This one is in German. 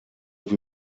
wie